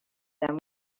them